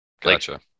Gotcha